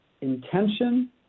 intention